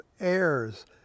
heirs